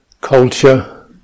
culture